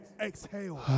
exhale